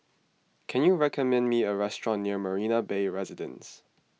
can you recommend me a restaurant near Marina Bay Residences